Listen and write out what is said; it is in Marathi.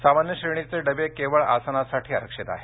सामान्य श्रेणीचे डबे केवळ आसनासाठी आरक्षित आहेत